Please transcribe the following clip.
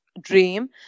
dream